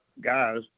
guys